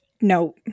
No